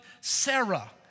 Sarah